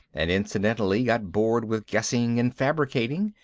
and incidentally got bored with guessing and fabricating,